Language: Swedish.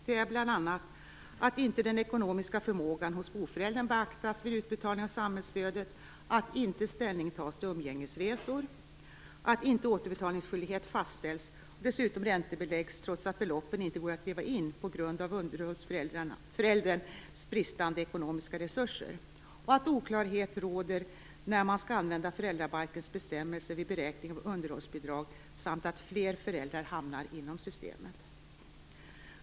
Det är bl.a. följande: - att inte den ekonomiska förmågan hos boföräldern beaktas vid utbetalning av samhällsstödet, - att inte ställning tas till umgängesresor, - att inte återbetalningsskyldighet fastställs och dessutom räntebeläggs trots att beloppen inte går att driva in på grund av underhållsförälderns bristande ekonomiska resurser, - att oklarhet råder när man skall använda föräldrabalkens bestämmelser vid beräkning av underhållsbidrag, samt - att fler föräldrar hamnar inom systemet.